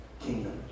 kingdom